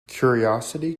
curiosity